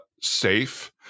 safe